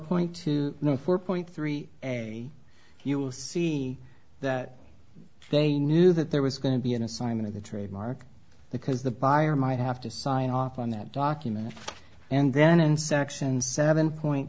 point two no four point three you will see that they knew that there was going to be an assignment of the trademark because the buyer might have to sign off on that document and then in section seven point